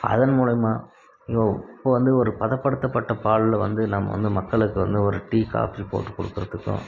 அதன் மூலயமா இப்போது வந்து ஒரு பதப்படுத்தப்பட்ட பாலில் வந்து நம்ப வந்து மக்களுக்கு வந்து ஒரு டீ காஃபி போட்டு கொடுக்குறத்துக்கும்